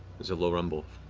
there's a low rumble.